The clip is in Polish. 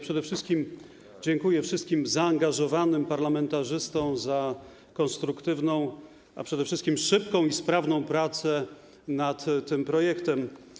Przede wszystkim dziękuję wszystkim zaangażowanym parlamentarzystom za konstruktywną, a zwłaszcza szybką i sprawną pracę nad tym projektem.